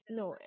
no